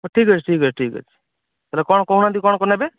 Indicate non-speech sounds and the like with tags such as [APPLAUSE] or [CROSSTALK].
ହଉ ଠିକ ଅଛି ଠିକ ଅଛି ଠିକ ଅଛି [UNINTELLIGIBLE] କଣ କହୁନାହାନ୍ତି କ'ଣ କ'ଣ ନେବେ